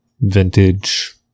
Vintage